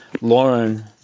Lauren